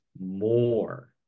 more